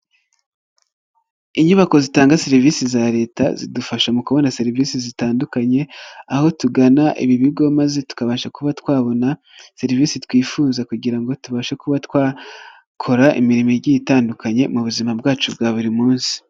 Inyubako zitanga serivisi za Leta zidufasha mu kubona serivisi zitandukanye aho tugana ibi bigo maze tukabasha kuba twabona serivisi twifuza, kugira ngo tubashe kuba twakora imirimo igiye itandukanye mu buzima bwacu bwa buri munsi.